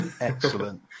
Excellent